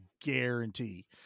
guarantee